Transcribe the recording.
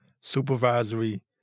supervisory